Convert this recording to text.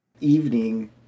evening